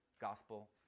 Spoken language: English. gospel